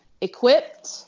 equipped